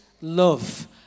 love